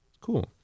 cool